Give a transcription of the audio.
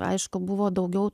aišku buvo daugiau